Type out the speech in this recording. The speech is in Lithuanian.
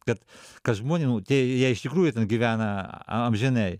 kad kas žmonių tie jie iš tikrųjų gyvena amžinai